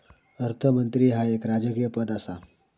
अर्थमंत्री ह्या एक राजकीय पद आसा